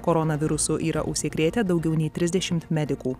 koronavirusu yra užsikrėtę daugiau nei trisdešimt medikų